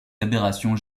aberrations